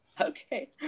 Okay